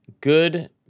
Good